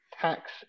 tax